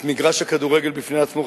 את מגרש הכדורגל בפני עצמו,